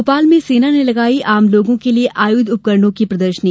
भोपाल में सेना ने लगाई आम लोगों के लिये आयुध उपकरणों की प्रदर्शनी